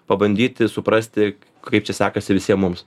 pabandyti suprasti kaip čia sekasi visiem mums